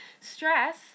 Stress